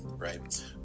Right